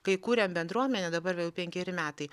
kai kūrėm bendruomenę dabar va jau penkeri metai